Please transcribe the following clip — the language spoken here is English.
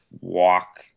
walk